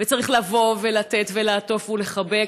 צריך לבוא, לתת, לעטוף ולחבק.